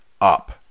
up